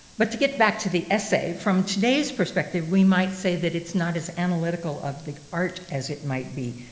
but to get back to the essay, from today's perspective, we might say that it's not as analytical of the art as it might be.